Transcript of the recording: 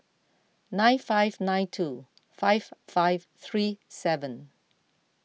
nine five nine two five five three seven